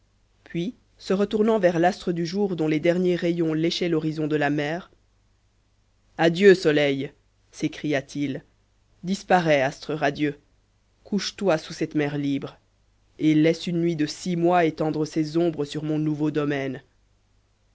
puis se retournant vers l'astre du jour dont les derniers rayons léchaient l'horizon de la mer adieu soleil s'écria-t-il disparais astre radieux couche-toi sous cette mer libre et laisse une nuit de six mois étendre ses ombres sur mon nouveau domaine